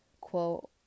quote